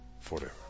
forever